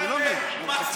אתם עושים מה שאתם רוצים.